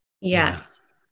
Yes